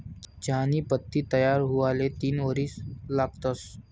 चहानी पत्ती तयार हुवाले तीन वरीस लागतंस